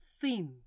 thin